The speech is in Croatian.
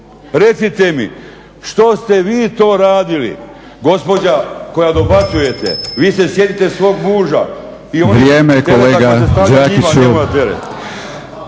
Recite mi što ste vi to radili, gospođa koja dobacujete, vi se sjetite svog muža i onih tereta koji